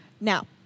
Now